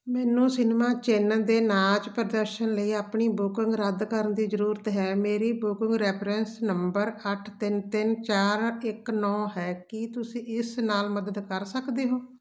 ਮੈਨੂੰ ਸਿਨੇਮਾ ਚਿੰਨ੍ਹ ਦੇ ਨਾਚ ਪ੍ਰਦਰਸ਼ਨ ਲਈ ਆਪਣੀ ਬੁਕਿੰਗ ਰੱਦ ਕਰਨ ਦੀ ਜ਼ਰੂਰਤ ਹੈ ਮੇਰੀ ਬੁਕਿੰਗ ਰੈਫਰੈਂਸ ਨੰਬਰ ਅੱਠ ਤਿੰਨ ਤਿੰਨ ਚਾਰ ਇੱਕ ਨੌਂ ਹੈ ਕੀ ਤੁਸੀਂ ਇਸ ਨਾਲ ਮਦਦ ਕਰ ਸਕਦੇ ਹੋ